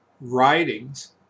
writings